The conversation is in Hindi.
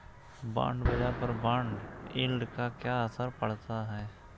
बॉन्ड बाजार पर बॉन्ड यील्ड का क्या असर पड़ता है?